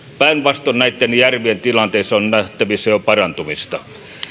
päinvastoin näiden järvien tilanteessa on nähtävissä jo parantumista